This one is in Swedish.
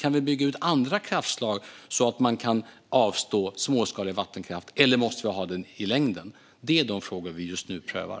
Kan vi bygga ut andra kraftslag så att vi kan avstå småskalig vattenkraft, eller måste vi ha den i längden? Detta är de frågor som vi just nu prövar.